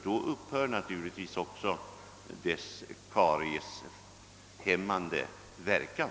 Då upphör naturligtvis också den karieshämmande verkan.